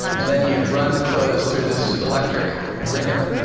and then you'd run the clothes through this electric wringer.